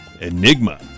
Enigma